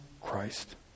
Christ